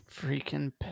Freaking